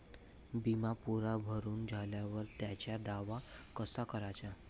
बिमा पुरा भरून झाल्यावर त्याचा दावा कसा कराचा?